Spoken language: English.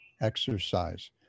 exercise